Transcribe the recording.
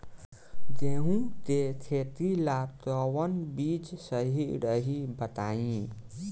गेहूं के खेती ला कोवन बीज सही रही बताई?